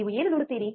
ನೀವು ಏನು ನೋಡುತ್ತೀರಿ